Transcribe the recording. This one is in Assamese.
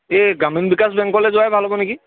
এই গ্ৰামীণ বিকাশ বেংকলৈ যোৱাই ভাল হ'ব নেকি